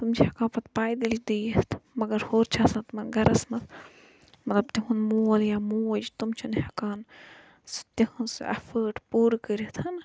تِم چھِ ہیٚکان پَتہٕ پیدٔلۍ تہِ یِتھ مگر ہورٕ چھ آسان تِمَن گَرَس مَنٛز مَطلَب تِہُنٛد مول یا موج تم چھِ نہٕ ہیٚکان تہٕنٛز سُہ ایٚفٲٹ پوٗرٕ کٔرِتھ